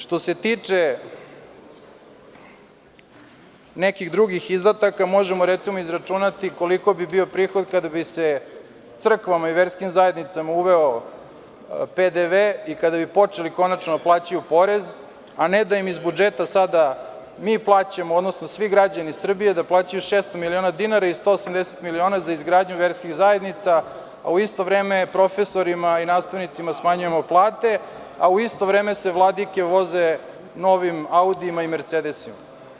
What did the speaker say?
Što se tiče nekih drugih izdataka možemo recimo izračunati koliki bi bio prihod kada bi se crkvama i verskim zajednicama uveo PDV i kada bi počeli konačno da plaćaju porez, a ne da im iz budžeta sada mi plaćamo, odnosno svi građani Srbije da plaćaju 600 miliona dinara i 180 miliona za izgradnju verskih zajednica, a u isto vreme profesorima i nastavnicima smanjujemo plate, a u isto vreme se vladike voze novim audijima i mercedesima.